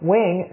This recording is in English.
Wing